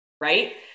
Right